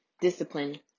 discipline